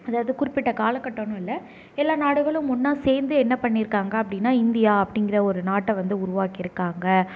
அதாவது குறிப்பிட்ட காலக்கட்டம்னு இல்லை எல்லா நாடுகளும் ஒன்றா சேர்ந்து என்ன பண்ணிருக்காங்க அப்படின்னா இந்தியா அப்படிங்கிற ஒரு நாட்டை வந்து உருவாக்கிருக்காங்க